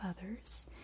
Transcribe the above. others